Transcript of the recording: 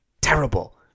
terrible